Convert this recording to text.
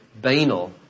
banal